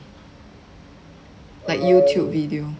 like YouTube video